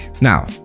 Now